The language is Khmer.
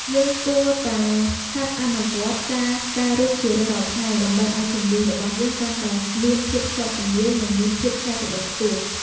យើងគួរតែហាត់អនុវត្តការកែរូបជារៀងរាល់ថ្ងៃដើម្បីឱ្យជំនាញរបស់យើងកាន់តែមានភាពស្ទាត់ជំនាញ និងមានភាពច្នៃប្រឌិតខ្ពស់។